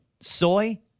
soy